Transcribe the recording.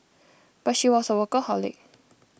but she was a workaholic